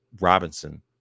Robinson